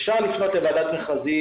אפשר לפנות לוועדת מכרזים,